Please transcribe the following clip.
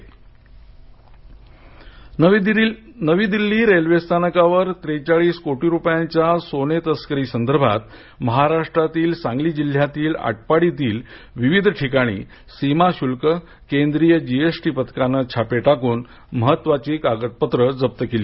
सोने तस्करी नवी दिल्ली रेल्वे स्थानकावर त्रेचाळीस कोटी रुपयांच्या सोने तस्करी संदर्भात महाराष्ट्रातील सांगली जिल्ह्यातील आटपाडीतील विविध ठिकाणी सीमाशुल्क केंद्रिय जीएसटी पथकाने छापे टाकून महत्त्वाची कागदपत्रे जप्त केली